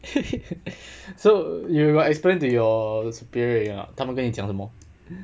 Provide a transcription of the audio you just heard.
so you got explain to your superior already not 他们跟你讲什么